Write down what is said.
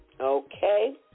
Okay